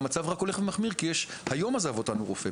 והמצב רק הולך ומחמיר כי יש, היום עזב אותנו רופא.